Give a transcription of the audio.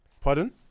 Pardon